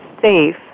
safe